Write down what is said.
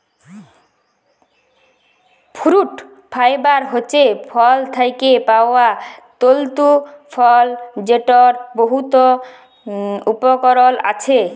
fruit fibre হছে ফল থ্যাকে পাউয়া তল্তু ফল যেটর বহুত উপকরল আছে